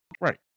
Right